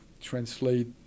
translate